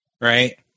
right